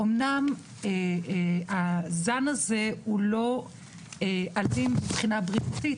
אמנם הזן הזה הוא לא אלים מבחינה בריאותית,